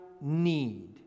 need